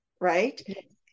right